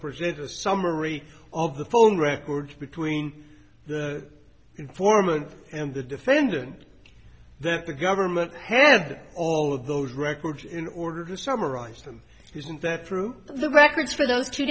present a summary of the phone records between the informant and the defendant that the government had all of those records in order to summarize them isn't that through the records for those two